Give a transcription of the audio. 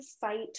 fight